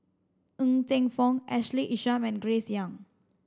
Ng Teng Fong Ashley Isham and Grace Young